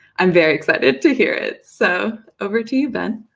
i'm very excited to hear it. so over to you, ben.